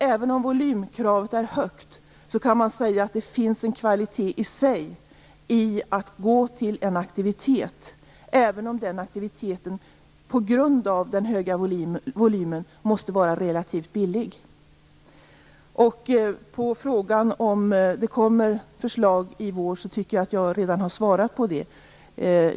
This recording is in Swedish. Även om volymkravet är högt kan man alltså säga att det finns en kvalitet i sig i att gå till en aktivitet, även om den aktiviteten på grund av den stora volymen måste vara relativt billig. Jag tycker att jag redan har svarat på frågan om det kommer förslag i vår.